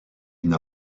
une